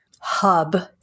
hub